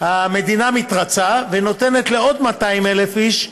המדינה מתרצה ונותנת לעוד 200,000 איש,